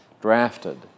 drafted